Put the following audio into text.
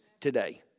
today